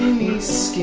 nice